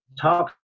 talk